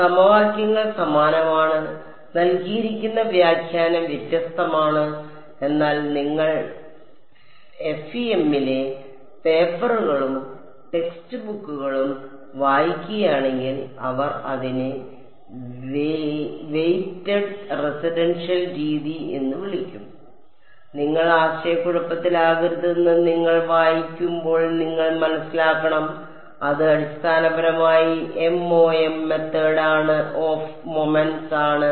സമവാക്യങ്ങൾ സമാനമാണ് നൽകിയിരിക്കുന്ന വ്യാഖ്യാനം വ്യത്യസ്തമാണ് എന്നാൽ നിങ്ങൾ ഫെമിലെ പേപ്പറുകളും ടെക്സ്റ്റ് ബുക്കുകളും വായിക്കുകയാണെങ്കിൽ അവർ അതിനെ വെയ്റ്റഡ് റെസിഷ്യൽ രീതി എന്ന് വിളിക്കും നിങ്ങൾ ആശയക്കുഴപ്പത്തിലാകരുതെന്ന് നിങ്ങൾ വായിക്കുമ്പോൾ നിങ്ങൾ മനസ്സിലാക്കണം അത് അടിസ്ഥാനപരമായി MOM മെത്തേഡ് ഓഫ് മൊമെന്റ്സ് ആണ്